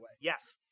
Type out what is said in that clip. yes